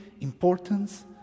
importance